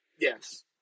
Yes